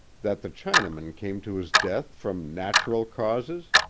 that the chinaman came to his death from natural causes?